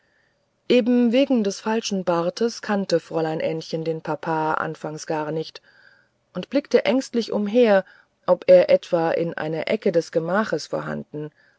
eben wegen des falschen bartes kannte fräulein ännchen den papa anfangs gar nicht und blickte ängstlich umher ob er etwa in einer ecke des gemachs vorhanden